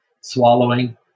swallowing